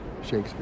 Shakespeare